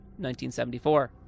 1974